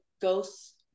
ghosts